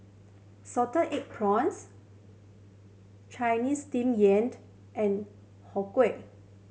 salted egg prawns Chinese Steamed Yam and Har Kow